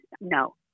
No